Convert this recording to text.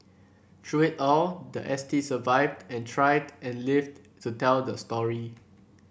through it all the S T survived and thrived and lived to tell the story